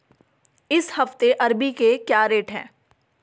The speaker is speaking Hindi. इस हफ्ते अरबी के क्या रेट हैं?